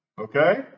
Okay